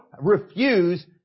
refuse